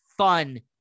fun